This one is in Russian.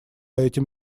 этим